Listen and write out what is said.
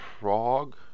Prague